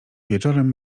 wieczorem